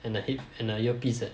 and the head and the earpiece eh